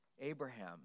Abraham